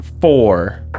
four